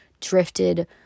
drifted